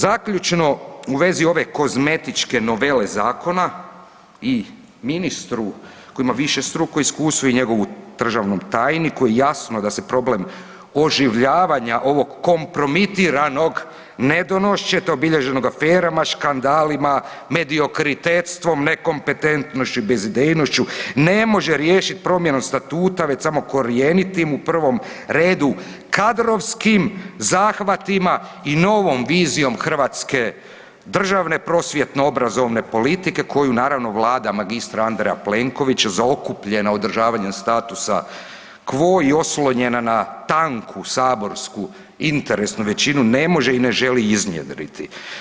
Zaključno u vezi ove kozmetičke novele zakona i ministru koji ima višestruko iskustvo i njegom državnom tajniku jasno da se problem oživljavanja ovog kompromitiranog nedonoščeta obilježenog aferama, škandalima, mediokritetstvom, nekompetentnošću i bezidejnošću ne može riješiti promjenom statuta već samo korjenitim u prvom redu kadrovskim zahvatima i novom vizijom hrvatske državne prosvjetno obrazovne politike koju naravno Vlada magistra Andreja Plenkovića zaokupljena održavanjem statusa quo i oslonjena na tanku saborsku interesnu većinu ne može i ne želi iznjedriti.